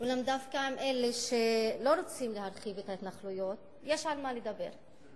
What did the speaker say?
אולם דווקא עם אלה שלא רוצים להרחיב את ההתנחלויות יש על מה לדבר,